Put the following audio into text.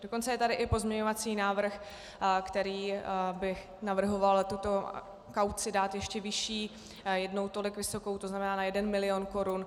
Dokonce je tady i pozměňovací návrh, který by navrhoval tuto kauci dát ještě vyšší, jednou tolik vysokou, to znamená na jeden milion korun.